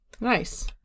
Nice